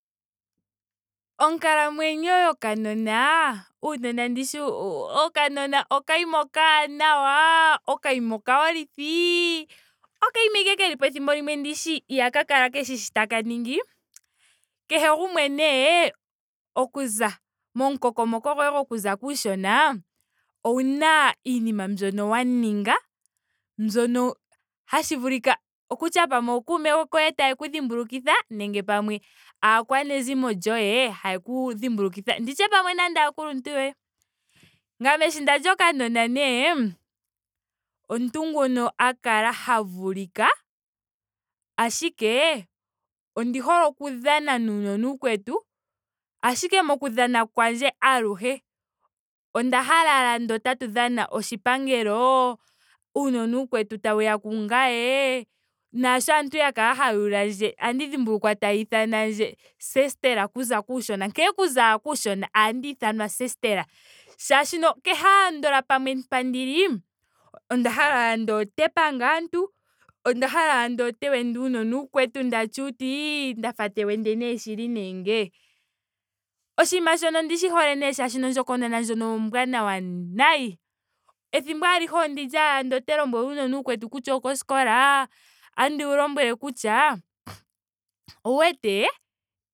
Onkalamwenyo yokanona. uunona ndishi okanona okanima okaanawa. okanima okayolithi. okanima ashike kelipo. ethimbo limwe ndishi ihaka kala keshi shoka taka ningi. kehe gumwe nee okuza momukokomoko goye gokuza kuushona owuna iinima mbyoka wa ninga. nbyoka hashi vulika. kutya pamwe ookume koye tayeku dhimbulukitha nenge pamwe aakwaezimo lyoye hayeku dhimbulukitha. Nditye pamwe nande aakuluntu yoye. Ngame sho ndali okanona nee omuntu nguno ha kala ha vulika. ashike ondi hole oku dhana naanona ooyakwetu. ashike moku dhana kwandje aluhe onda hala ashike ngeno otatu dhana oshipangelo. uunona uukwetu tawuya kungame. naasho aantu ya kala haya ulandje ote dhimbulukwa taya ithanandje sestera kokuza kuushona nkene okuza ashike kuushona ohandi ithanwa sestera. Molwaashoka kehe ashike pamwe mboka ndili onda hala ashike ngeno otandi panga aantu. onda hala ashike ngeno otandi wende aanona uukwetu ndina uuti nda fa te wende shili nee ngee. oshinima shoka ondishi hole nee molwaashoka ondjokonona ndjoka ombwaanawa nayi. Ethimbo alihe ondili ashike ando ote lombwele uunona uukwetu kutya okoskola. otandi wu lombwele kutya. owu wete